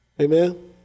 Amen